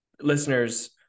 listeners